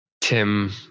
Tim